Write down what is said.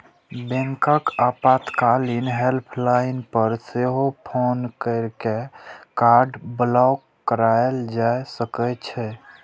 बैंकक आपातकालीन हेल्पलाइन पर सेहो फोन कैर के कार्ड ब्लॉक कराएल जा सकै छै